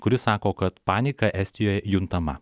kuri sako kad panika estijoje juntama